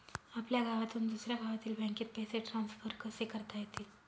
आपल्या गावातून दुसऱ्या गावातील बँकेत पैसे ट्रान्सफर कसे करता येतील?